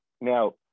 Now